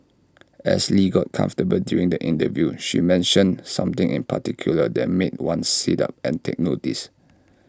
as lee got comfortable during the interview she mentioned something in particular that made one sit up and take notice